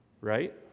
Right